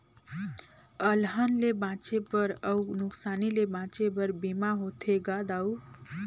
अलहन ले बांचे बर अउ नुकसानी ले बांचे बर बीमा होथे गा दाऊ